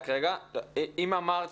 אם אמרת